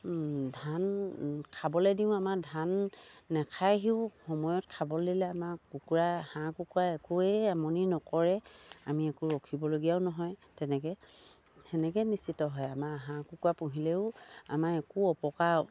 ধান খাবলে দিওঁ আমাৰ ধান নেখাইহিও সময়ত খাব দিলে আমাৰ কুকুৰা হাঁহ কুকুৰা একোৱেই আমনি নকৰে আমি একো ৰখিবলগীয়াও নহয় তেনেকে সেনেকে নিশ্চিত হয় আমাৰ হাঁহ কুকুৰা পুহিলেও আমাৰ একো অপকাৰ